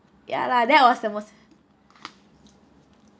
ya lah that was the most